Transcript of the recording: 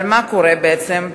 אבל מה קורה בעצם?